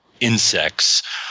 insects